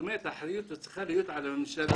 האחריות הזאת צריכה להיות על הממשלה.